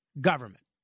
government